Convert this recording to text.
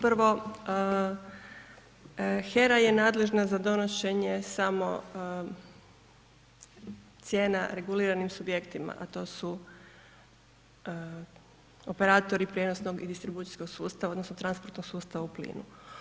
Prvo, HERA je nadležna za donošenje samo cijena reguliranim subjektima, a to su operatori prijenosnog i distribucijskog sustava odnosno transportnog sustava u plinu.